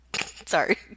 sorry